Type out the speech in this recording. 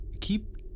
keep